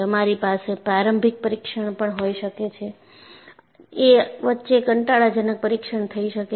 તમારી પાસે પ્રારંભિક પરીક્ષણ પણ હોઈ શકે છે એ વચ્ચે કંટાળાજનક પરીક્ષણ થઈ શકે છે